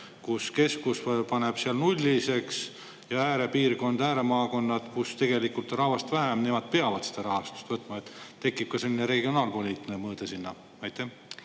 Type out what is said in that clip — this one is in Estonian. kus keskus paneb seal nulli, ja äärepiirkonnad, ääremaakonnad, kus tegelikult on rahvast vähem, peavad seda raha [rohkem] võtma. Tekib selline regionaalpoliitiline mõõde sinna. Aitäh,